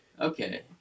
okay